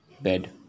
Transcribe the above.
bed